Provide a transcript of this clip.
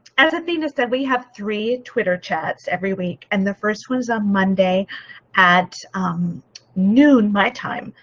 as athena said, we have three twitter chats every week and the first was on monday at noon my time.